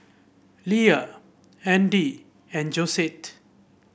Leia Andy and Josette